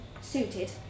suited